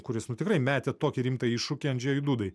kuris tu tikrai metė tokį rimtą iššūkį andžejui dūdai